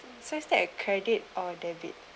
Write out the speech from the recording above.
so is that a credit or debit